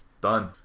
Done